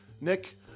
Nick